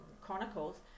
Chronicles